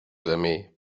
zemi